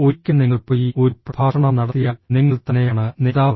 ഒരിക്കൽ നിങ്ങൾ പോയി ഒരു പ്രഭാഷണം നടത്തിയാൽ നിങ്ങൾ തന്നെയാണ് നേതാവ്